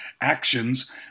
actions